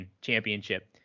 Championship